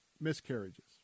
miscarriages